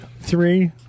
Three